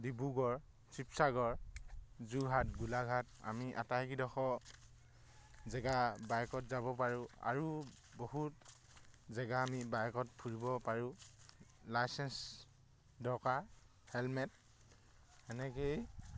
ডিব্ৰুগড় শিৱসাগৰ যোৰহাট গোলাঘাট আমি আটাইকেইডোখৰ জেগা বাইকত যাব পাৰোঁ আৰু বহুত জেগা আমি বাইকত ফুৰিব পাৰোঁ লাইচেন্স দৰকাৰ হেলমেট এনেকৈয়ে